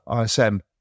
ISM